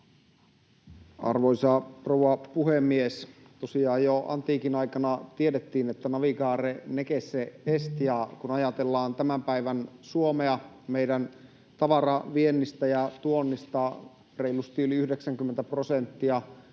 Arvoisa rouva puhemies! Tosiaan jo antiikin aikana tiedettiin, että navigare necesse est. Kun ajatellaan tämän päivän Suomea, meidän tavaraviennistä ja -tuonnista reilusti yli 90 prosenttia